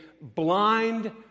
blind